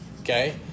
Okay